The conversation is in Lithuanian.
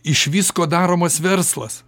iš visko daromas verslas